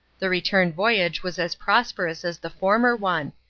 the return voyage was as prosperous as the former one,